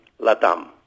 Latam